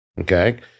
Okay